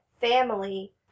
family